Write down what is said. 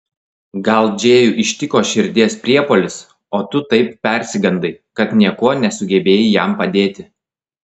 gal džėjų ištiko širdies priepuolis o tu taip persigandai kad niekuo nesugebėjai jam padėti